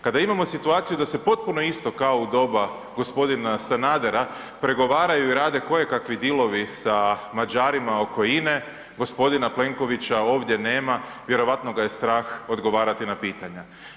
Kada imamo situaciju da se potpuno isto, kao i u doba gospodina Sanadera, pregovaraju i rade kojekakvi djelov sa Mađarima oko INA-e, gospodina Plenkovića ovdje nema, vjerojatno ga je strah odgovarati na pitanja.